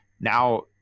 now